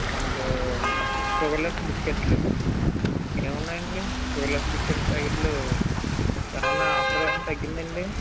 మనకి షుగర్లెస్ బిస్కెట్లు ఏమి ఉన్నాయండి షుగర్లెస్ బిస్కెట్ ప్యాకెట్లు ఏమన్నా ఆఫర్ ఏమన్న తగ్గిందండి